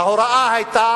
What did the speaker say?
ההוראה היתה